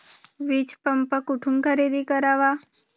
वीजपंप कुठून खरेदी करावा?